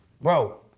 Bro